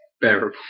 Bearable